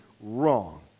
wrong